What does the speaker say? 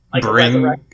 bring